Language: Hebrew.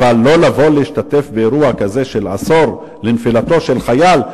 אבל לא לבוא להשתתף באירוע כזה של עשור לנפילתו של חייל,